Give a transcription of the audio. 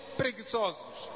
preguiçosos